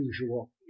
usual